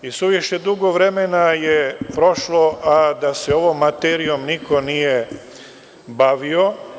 I suviše dugo vremena je prošlo, a da se ovom materijom niko nije bavio.